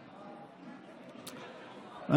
שי,